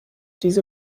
diese